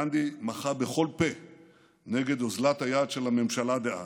גנדי מחה בכל פה נגד אוזלת היד של הממשלה דאז.